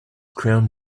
crown